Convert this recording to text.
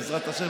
בעזרת השם,